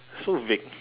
so vague